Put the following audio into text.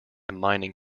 mining